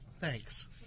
Thanks